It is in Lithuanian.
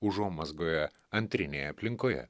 užuomazgoje antrinėje aplinkoje